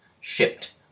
Shipped